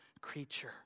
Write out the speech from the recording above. creature